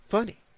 Funny